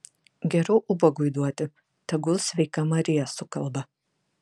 geriau ubagui duoti tegul sveika marija sukalba